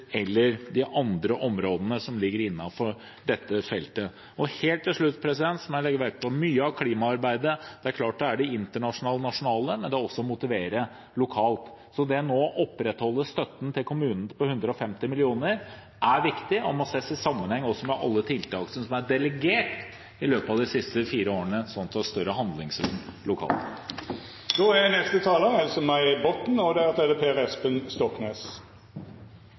eller de andre områdene innenfor dette feltet. Helt til slutt vil jeg legge vekt på at mye av klimaarbeidet er internasjonalt og nasjonalt, men det er også å motivere lokalt. Å opprettholde støtten til kommunene på 150 mill. kr er viktig og må ses i sammenheng med alle tiltakene som er delegert i løpet av de siste fire årene for å gi større handlingsrom lokalt. Representanten Halleland fra Fremskrittspartiet var opptatt av skipsfart, og det er jeg veldig glad for. Han sa at det var bred interesse for dette i Stortinget. Det er